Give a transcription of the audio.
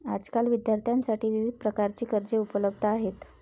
आजकाल विद्यार्थ्यांसाठी विविध प्रकारची कर्जे उपलब्ध आहेत